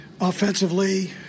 Offensively